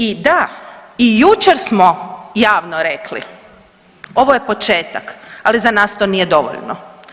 I da, i jučer smo javno rekli, ovo je početak, ali za nas to nije dovoljno.